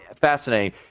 fascinating